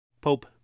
Pope